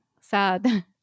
sad